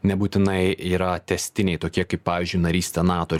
nebūtinai yra tęstiniai tokie kaip pavyzdžiui narystė nato